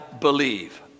believe